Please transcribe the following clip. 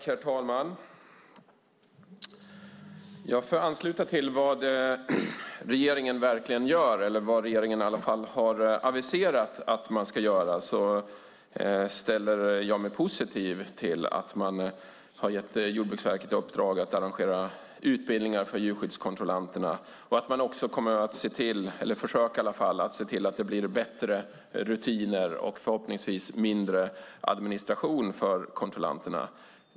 Herr talman! För att ansluta till vad regeringen verkligen gör eller vad regeringen i alla fall har aviserat att man ska göra vill jag säga att jag ställer mig positiv till att man har gett Jordbruksverket i uppdrag att arrangera utbildningar för djurskyddskontrollanterna och att man också kommer att försöka se till att det blir bättre rutiner och förhoppningsvis mindre administration för kontrollanterna.